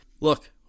look